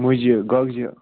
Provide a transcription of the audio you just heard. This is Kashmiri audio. مُجہِ گۄگجہِ